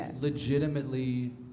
legitimately